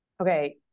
Okay